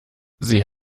sie